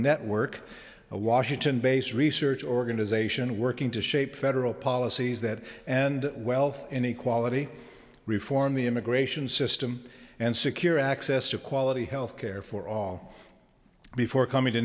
network a washington based research organization working to shape federal policies that and wealth inequality reform the immigration system and secure access to quality healthcare for all before coming to